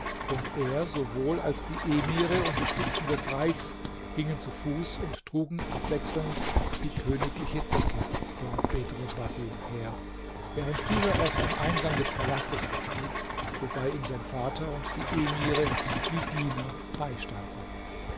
und er sowohl als die emire und die spitzen des reichs gingen zu fuß und trugen abwechselnd die königliche decke vor bedr basim her während dieser erst am eingang des palastes abstieg wobei ihm sein vater und die emire wie diener beistanden